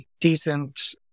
decent